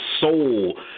soul